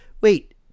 wait